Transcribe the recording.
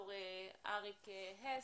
וד"ר אריק האס.